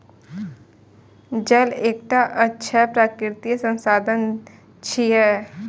जल एकटा अक्षय प्राकृतिक संसाधन छियै